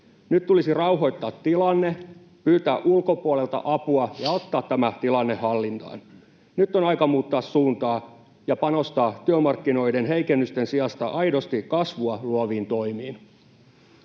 Nyt tulisi rauhoittaa tilanne, pyytää ulkopuolelta apua ja ottaa tämä tilanne hallintaan. Nyt on aika muuttaa suuntaa ja panostaa työmarkkinoiden heikennysten sijasta aidosti kasvua luoviin toimiin.